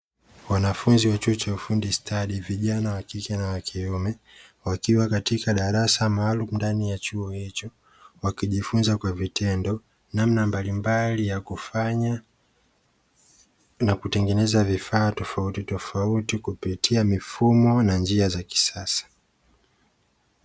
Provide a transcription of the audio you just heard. Wanafunzi wa chuo cha ufundi stadi vijana wakike na wakiume, wakiwa katika darasa maalumu ndani ya chuo hicho wakijfunza kwa vitendo namna mbalimbali ya kufanya na kutengeneza vifaa tofautitofauti kupitia mifumo na njia za kisasa.